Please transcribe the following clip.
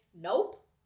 nope